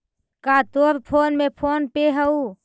का तोर फोन में फोन पे हउ?